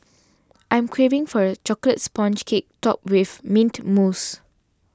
I am craving for a Chocolate Sponge Cake Topped with Mint Mousse